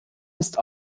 ist